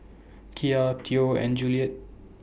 Kiya Theo and Juliette